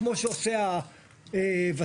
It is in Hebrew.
כמו שעושה הות"ל,